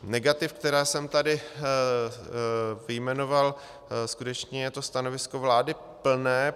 Negativ, která jsem tady vyjmenoval, skutečně je to stanovisko vlády plné.